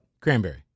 Cranberry